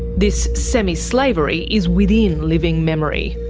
this semi-slavery is within living memory.